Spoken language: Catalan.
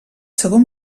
segon